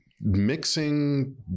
mixing